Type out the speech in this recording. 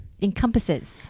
encompasses